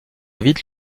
vite